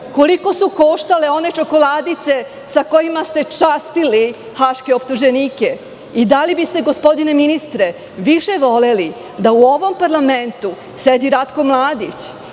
koliko su koštale one čokoladice sa kojima ste častili haške optuženike? Da li biste, gospodine ministre, više voleli da u ovom parlamentu sedi Ratko Mladić